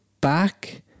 back